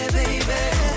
baby